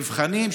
מבחנים,